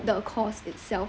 the course itself